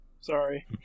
Sorry